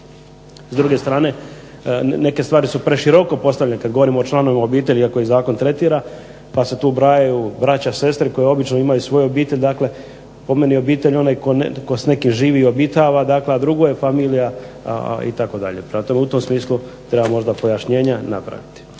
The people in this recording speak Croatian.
S druge strane neke stvari su preširoko postavljene kad govorimo o članovima obitelji, a koje zakon tretira, pa se tu ubrajaju braća, sestre koje obično imaju svoju obitelj. Dakle, po meni je obitelj onaj tko s nekim živi i obitava, dakle a drugo je familija itd. Prema tome, u tom smislu treba možda pojašnjenja napraviti.